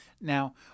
Now